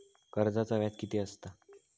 कर्जाचा व्याज कीती असता?